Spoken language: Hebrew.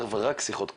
אך ורק שיחות קוליות.